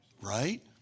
Right